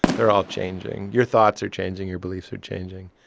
they're all changing. your thoughts are changing. your beliefs are changing.